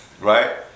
Right